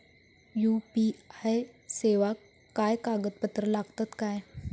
UPI सेवाक काय कागदपत्र लागतत काय?